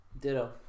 Ditto